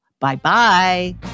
Bye-bye